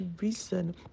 reason